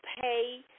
pay